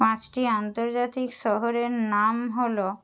পাঁচটি আন্তর্জাতিক শহরের নাম হলো